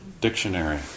dictionary